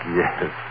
yes